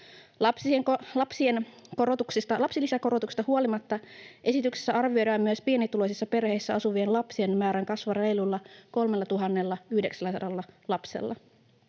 Lapsilisäkorotuksesta huolimatta esityksessä arvioidaan myös pienituloisissa perheissä asuvien lapsien määrän kasvavan reilulla 3 900 lapsella.